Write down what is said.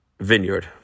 vineyard